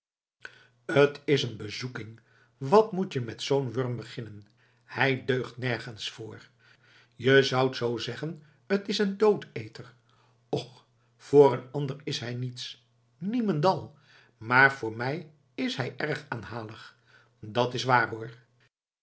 t is een bezoeking wat moet je met zoo'n wurm beginnen hij deugt nergens voor je zoudt zoo zeggen t is een doodeter och voor een ander is hij niets niemendal maar voor mij is hij erg aanhalig dat is waar